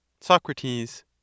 Socrates